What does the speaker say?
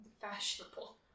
fashionable